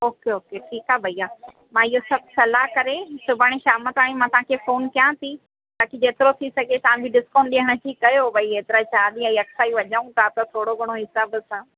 okay okay ठीकु आहे भैया मां इहो सभु सलाह करे सुभाणे शाम ताईं मां तव्हांखे फोन कयां थी बाकी जेतिरो थी सघे तव्हां बि डिस्काउंट ॾियण जी कयो भाई हेतिरा चारि ॾींहं यका ई वञूं था त थोरो घणो हिसाब सां